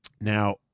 Now